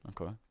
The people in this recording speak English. okay